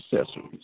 accessories